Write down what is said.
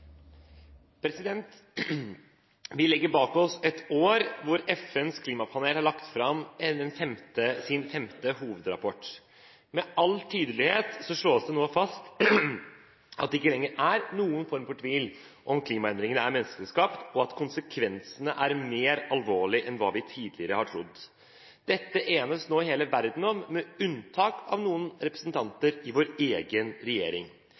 replikkordskifte. Vi legger bak oss et år da FNs klimapanel har lagt fram sin femte hovedrapport. Med all tydelighet slås det fast at det ikke lenger er noen form for tvil om hvorvidt klimaendringene er menneskeskapt, og at konsekvensene er mer alvorlig enn hva vi tidligere har trodd. Dette enes nå hele verden om, med unntak av noen representanter i vår egen regjering.